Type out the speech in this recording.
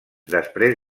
després